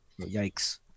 Yikes